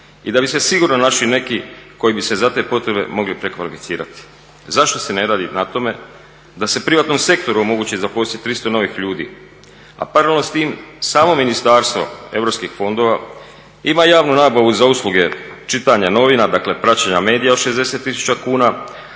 i da bi se sigurno našli neki koji bi se za te potrebe mogli prekvalificirati. Zašto se ne radi na tome da se privatnom sektoru omogući zaposliti 300 novih ljudi, a paralelno s tim samo Ministarstvo europskih fondova ima javnu nabavu za usluge čitanja novina, dakle praćenja medija od 60 tisuća kuna,